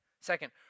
second